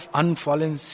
unfallen